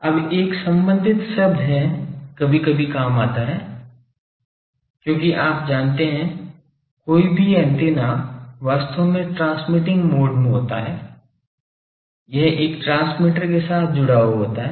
अब एक संबंधित शब्द है कभी कभी काम आता है क्योंकि आप जानते है कोई भी एंटीना वास्तव में ट्रांसमिटिंग मोड में होता हैं यह एक ट्रांसमीटर के साथ जुड़ा हुआ है